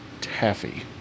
taffy